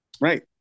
right